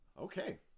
Okay